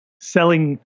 selling